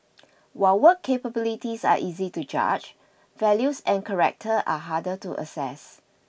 while work capabilities are easy to judge values and character are harder to assess